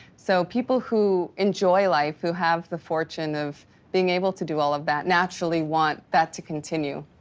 so people who enjoy life who have the fortune of being able to do all of that naturally want that to continue.